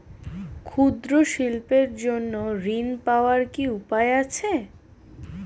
ক্ষুদ্র শিল্পের জন্য ঋণ পাওয়ার কি উপায় আছে?